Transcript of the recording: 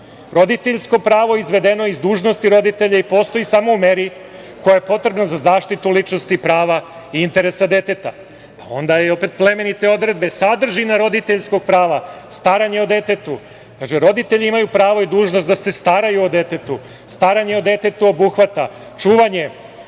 roditeljsko pravo je izvedeno iz dužnosti roditelja i postoji samo u meri koja je potrebna za zaštitu ličnosti, prava i interesa deteta. Onda, opet plemenite odredbe – sadržina roditeljskog prava: staranje o detetu. Kaže – roditelji imaju pravo i dužnost da se staraju o detetu. Staranje o detetu obuhvata čuvanje,